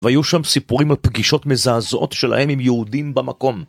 והיו שם סיפורים על פגישות מזעזעות שלהם עם יהודים במקום.